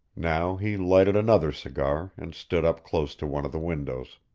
now he lighted another cigar and stood up close to one of the windows.